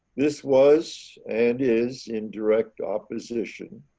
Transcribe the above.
this was, and is, in direct opposition